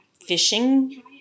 fishing